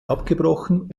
abgebrochen